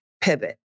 pivot